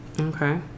Okay